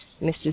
Mrs